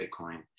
bitcoin